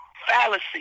fallacy